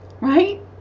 Right